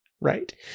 Right